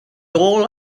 all